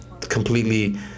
completely